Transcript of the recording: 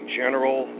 general